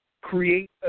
create